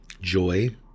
Joy